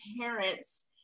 parents